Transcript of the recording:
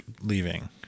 leaving